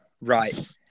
right